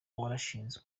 warashinzwe